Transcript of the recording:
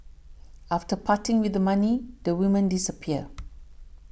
after parting with the money the women disappear